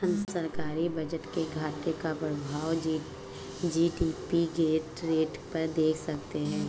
हम सरकारी बजट में घाटे का प्रभाव जी.डी.पी ग्रोथ रेट पर देख सकते हैं